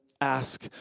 ask